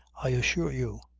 i assure you.